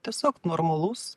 tiesiog normalaus